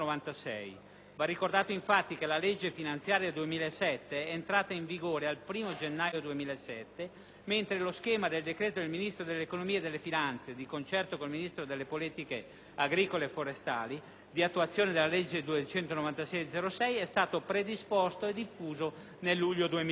Va ricordato, infatti, che la legge finanziaria per il 2007 è entrata in vigore il 1° gennaio 2007, mentre lo schema di decreto del Ministro dell'economia e delle finanze, di concerto con il Ministro delle politiche agricole e forestali, di attuazione della legge n. 296 del 2006, è stato predisposto e diffuso nel luglio del 2007.